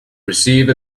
receive